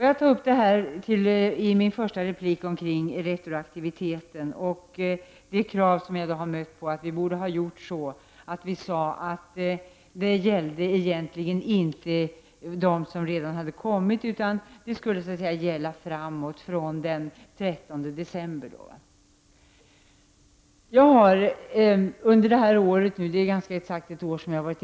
Jag vill börja med att ta upp retroaktiviteten. Det har ställts krav på att regeringen borde ha sagt att retroaktiviteten egentligen inte gäller de flyktingar som redan har kommit till Sverige utan endast gälla fr.o.m. den 13 december. Jag har nu varit invandrarminister nästan exakt ett år.